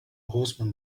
horseman